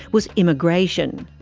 was immigration.